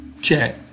Check